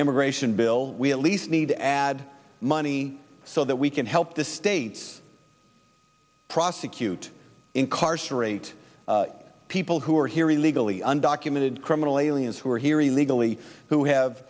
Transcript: immigration bill we at least need to add money so that we can help the states prosecute incarcerate people who are here illegally undocumented criminal aliens who are here illegally who have